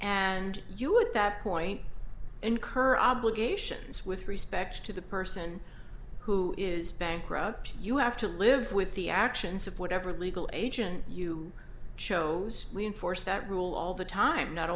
and you at that point incur obligations with respect to the person who is bankrupt you have to live with the actions of what ever legal agent you chose we enforce that rule all the time not